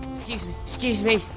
excuse me. excuse me!